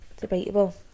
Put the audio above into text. Debatable